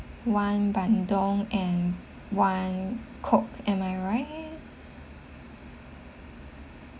one bandung and one coke am I right